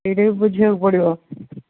ସେଇଟା ବି ବୁଝିବାକୁ ପଡ଼ିବ